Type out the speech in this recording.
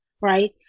right